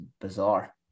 bizarre